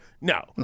no